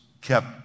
kept